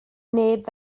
neb